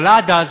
אבל עד אז,